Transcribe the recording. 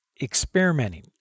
experimenting